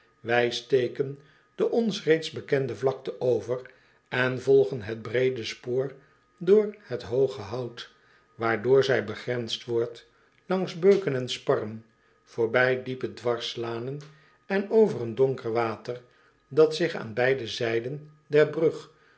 wij steken de ons reeds bekende vlakte over en volgen het breede spoor door het hooge hout waardoor zij begrensd wordt langs beuken en sparren voorbij diepe dwarslanen en over een donker water dat zich aan beide zijden der brug